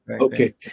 okay